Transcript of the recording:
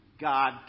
God